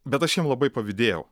bet aš jiem labai pavydėjau